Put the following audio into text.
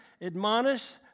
Admonish